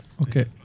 okay